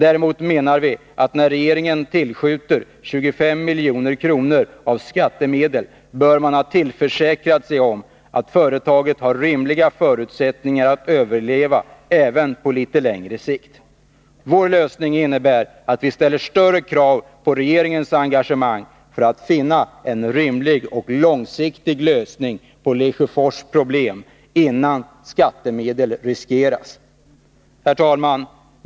Däremot menar vi att när regeringen tillskjuter 25 milj.kr. av skattemedel bör man ha försäkrat sig om att företaget har rimliga förutsättningar att överleva även på litet längre sikt. Vår lösning innebär att vi ställer större krav på regeringens engagemang för att finna en rimlig och långsiktig lösning på Lesjöfors problem innan skattemedel riskeras. Herr talman!